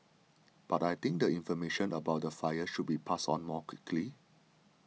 but I think the information about the fire should be passed on more quickly